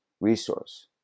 resource